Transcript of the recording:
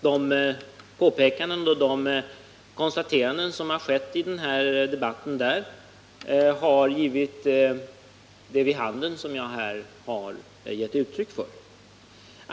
De påpekanden och konstateranden som skett i debatten där har givit vid handen det som jag här gett uttryck för.